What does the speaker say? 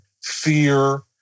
fear